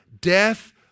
Death